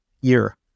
year